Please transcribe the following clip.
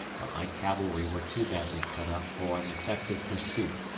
but my cavalry were too badly cut up for an effective pursuit,